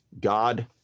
God